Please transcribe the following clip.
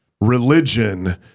religion